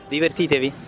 Divertitevi